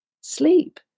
sleep